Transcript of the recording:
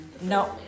No